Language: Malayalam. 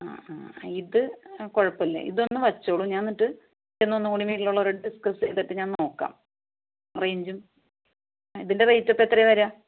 ആ ആ ഇത് കുഴപ്പമില്ല ഇതൊന്ന് വെച്ചോളൂ ഞാൻ എന്നിട്ട് ചെന്ന് ഒന്നുംകൂടി വീട്ടിൽ ഉള്ളവരോട് ഡിസ്കസ് ചെയ്തിട്ട് ഞാൻ നോക്കാം റേഞ്ചും ഇതിൻറെ റേറ്റ് അപ്പോൾ എത്രയാണ് വരുക